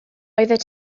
oeddet